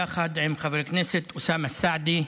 יחד עם חבר הכנסת אוסאמה סעדי,